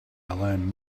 learn